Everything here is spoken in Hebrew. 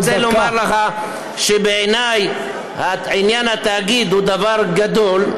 אני רק רוצה לומר לך שבעיניי עניין התאגיד הוא דבר גדול,